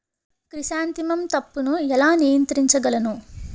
Chrysanthemum తప్పును ఎలా నియంత్రించగలను?